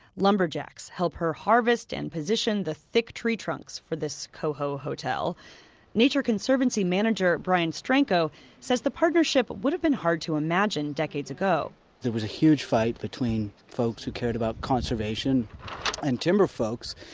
lumberjacks help her harvest and position the thick tree trunks for this coho hotel nature conservancy manager brian stranko says the partnership would've been hard to imagine decades ago there was a huge fight between folks who cared about conversation and timber folks.